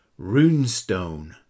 runestone